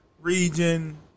region